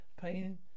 Pain